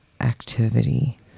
activity